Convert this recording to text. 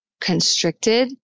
constricted